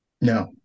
No